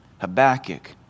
Habakkuk